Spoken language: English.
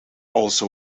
also